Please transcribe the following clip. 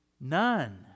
None